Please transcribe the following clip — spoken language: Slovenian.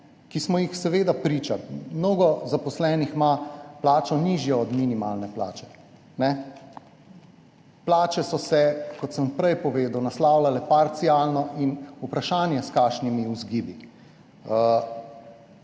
ki smo ji seveda priča. Mnogo zaposlenih ima plačo, ki je nižja od minimalne plače, plače so se, kot sem prej povedal, naslavljale parcialno in vprašanje, s kakšnimi vzgibi.